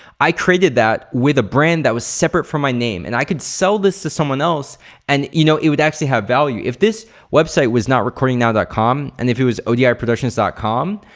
i created that with a brand that was separate from my name and i could sell this to someone else and you know it would actually have value. if this website was not recordingnow dot com and if it was odiproductions com,